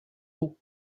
eaux